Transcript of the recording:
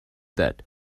that